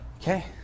Okay